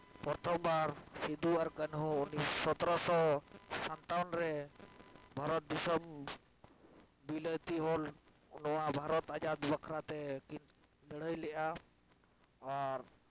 ᱯᱨᱚᱛᱷᱚᱢ ᱵᱟᱨ ᱥᱤᱫᱩ ᱟᱨ ᱠᱟᱹᱱᱦᱩ ᱩᱱᱤᱥᱥᱚ ᱥᱚᱛᱨᱚᱥᱚ ᱥᱟᱛᱣᱟᱱ ᱨᱮ ᱵᱷᱟᱨᱚᱛ ᱫᱤᱥᱚᱢ ᱵᱤᱞᱟᱹᱛᱤ ᱦᱩᱞ ᱱᱚᱣᱟ ᱵᱷᱟᱨᱚᱛ ᱟᱡᱟᱫᱽ ᱵᱟᱠᱷᱨᱟᱛᱮ ᱠᱤᱱ ᱞᱟᱹᱲᱦᱟᱹᱭ ᱞᱮᱫᱼᱟ ᱟᱨ